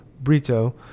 Brito